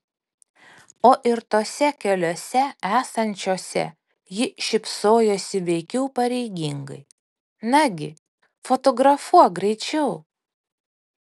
o ir tose keliose esančiose ji šypsojosi veikiau pareigingai nagi fotografuok greičiau